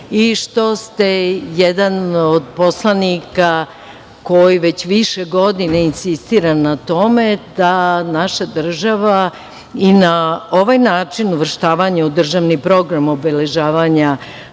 i što ste jedan od poslanika koji već više godina insistira na tome da naša država na ovaj način uvrsti u državni program obeležavanja